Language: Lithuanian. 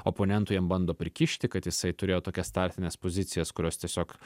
oponentų jam bando prikišti kad jisai turėjo tokias startines pozicijas kurios tiesiog